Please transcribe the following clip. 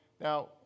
Now